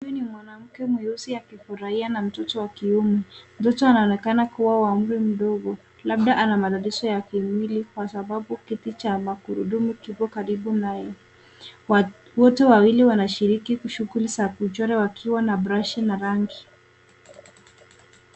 Huyu ni mwanamke mweusi akifurahia na mtoto wa kiume . Mtoto anaonekana kuwa wa umri mdogo , labda ana matatizi ya kimwili kwa sababu kiti cha magaurudumu kipo karibu naye. Wote wawili wanashiriki shughuli za kuchora wakiwa na brashi na rangi.